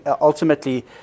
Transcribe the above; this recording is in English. ultimately